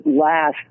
last